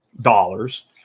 dollars